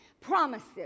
Promises